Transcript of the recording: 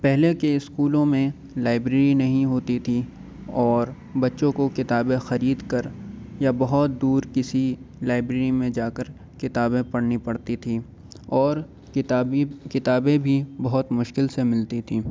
پہلے کے اسکولوں میں لائبریری نہیں ہوتی تھیں اور بچوں کو کتابیں خرید کر یا بہت دور کسی لائبریری میں جا کر کتابیں پڑھنی پڑتی تھیں اور کتابی کتابیں بھی بہت مشکل سے ملتی تھیں